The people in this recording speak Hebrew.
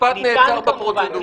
המשפט נהדר בפרוצדורה.